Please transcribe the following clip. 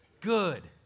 good